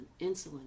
insulin